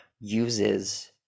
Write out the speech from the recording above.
uses